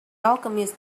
alchemist